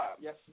Yes